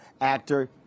actor